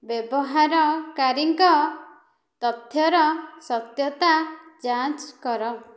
ବ୍ୟବହାରକାରୀଙ୍କ ତଥ୍ୟର ସତ୍ୟତା ଯାଞ୍ଚ କର